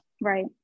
Right